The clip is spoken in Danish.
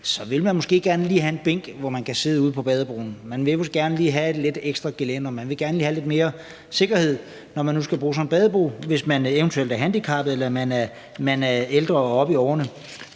så vil man måske gerne have en bænk, som man lige kan sidde på ude på badebroen, og man vil måske gerne lige have lidt ekstra gelænder. Man vil gerne lige have lidt mere sikkerhed, når man nu skal bruge sådan en badebro, hvis man eventuelt er handicappet eller man er ældre, oppe i årene.